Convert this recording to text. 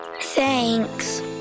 Thanks